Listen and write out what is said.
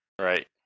Right